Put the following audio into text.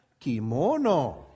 kimono